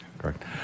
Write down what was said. Correct